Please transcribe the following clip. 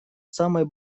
самой